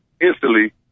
instantly